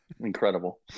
Incredible